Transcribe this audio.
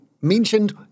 mentioned